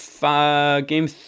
game